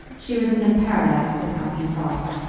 she was in a paradise of happy thoughts.